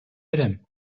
берем